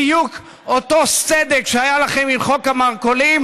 בדיוק אותו סדק שהיה לכם עם חוק המרכולים,